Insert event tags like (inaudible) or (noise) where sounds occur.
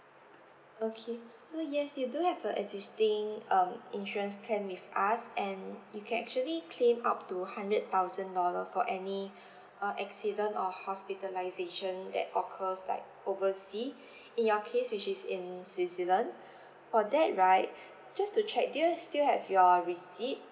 okay uh yes you do have a existing um insurance plan with us and you can actually claim up to hundred thousand dollar for any (breath) uh accident or hospitalisation that occurs like oversea (breath) in your case which is in switzerland (breath) for that right just to check do you still have your receipt